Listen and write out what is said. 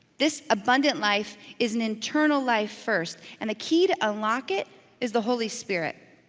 this abundant life is an internal life first and the key to unlock it is the holy spirit.